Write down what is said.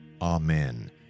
Amen